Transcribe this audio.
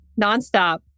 nonstop